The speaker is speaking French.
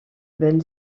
ben